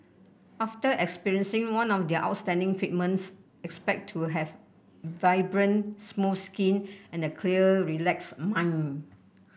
after experiencing one of their outstanding treatments expect to have vibrant smooth skin and a clear relaxed mind